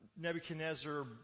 Nebuchadnezzar